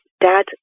dad